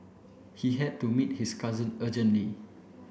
he had to meet his cousin urgently